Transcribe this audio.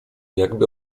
jakby